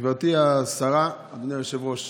גברתי השרה, אדוני היושב-ראש,